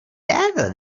dado